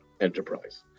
enterprise